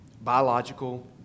biological